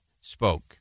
spoke